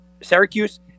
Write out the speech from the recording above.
Syracuse